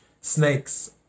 snakes